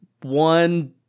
one